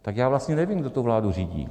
Tak já vlastně nevím, kdo tu vládu řídí.